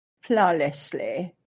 flawlessly